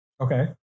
Okay